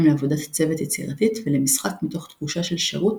לעבודת צוות יצירתית ולמשחק מתוך תחושה של שירות